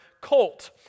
colt